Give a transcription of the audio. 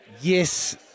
Yes